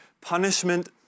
Punishment